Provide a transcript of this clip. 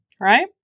Right